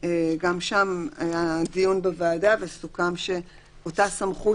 7. גם שם היה דיון בוועדה וסוכם שאותה סמכות